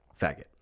faggot